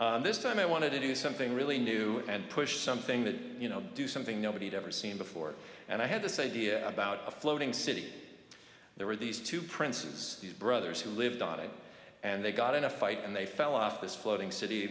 so this time i wanted to do something really new and push something that you know do something nobody'd ever seen before and i had this idea about a floating city there were these two princes brothers who lived on it and they got in a fight and they fell off this floating cit